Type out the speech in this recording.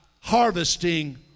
harvesting